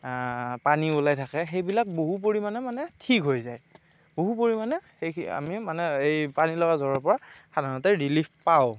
পানী ওলাই থাকে সেইবিলাক বহু পৰিমাণে মানে ঠিক হৈ যায় বহু পৰিমাণে সেইখিনি আমি মানে এই পানীলগা জ্বৰৰ পৰা সাধাৰণতে ৰিলিফ পাওঁ